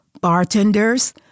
bartenders